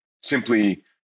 simply